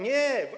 Nie.